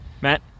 Matt